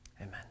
Amen